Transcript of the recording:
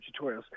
tutorials